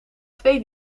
twee